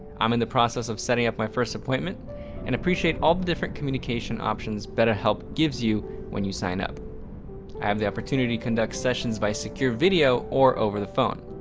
i'm in the process of setting up my first appointment and appreciate all the different communication options betterhelp gives you when you sign up. i have the opportunity to conduct sessions by secure video or over the phone,